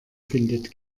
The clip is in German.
findet